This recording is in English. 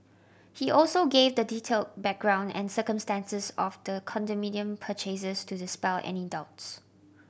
he also gave the detailed background and circumstances of the condominium purchases to dispel any doubts